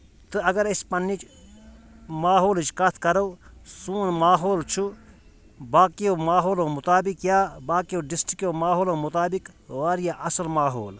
تہٕ اگر أسۍ پننٕچ ماحولٕچ کتھ کرو سون ماحول چھُ باقیو ماحولو مُطابق یا باقیو ڈسٹرکو ماحولو مُطابق واریاہ اَصل ماحول